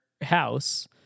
house